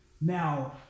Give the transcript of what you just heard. Now